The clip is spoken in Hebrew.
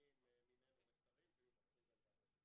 מתרגמים ממנו מסרים ויופצו גם בערבית.